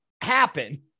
happen